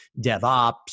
DevOps